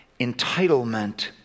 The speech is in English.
entitlement